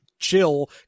chill